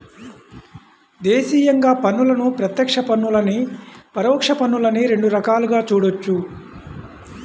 దేశీయంగా పన్నులను ప్రత్యక్ష పన్నులనీ, పరోక్ష పన్నులనీ రెండు రకాలుగా చూడొచ్చు